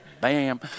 bam